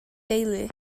deulu